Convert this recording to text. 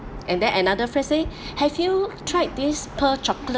and then another friend say have you tried this pearl chocolate